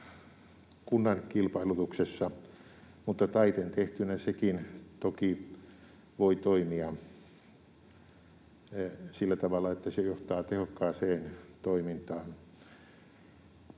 kunnan kilpailutuksessa, mutta taiten tehtynä sekin toki voi toimia sillä tavalla, että se johtaa tehokkaaseen toimintaan.